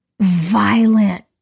violent